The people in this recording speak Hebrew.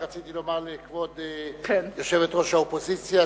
רק רציתי לומר לכבוד יושבת-ראש האופוזיציה,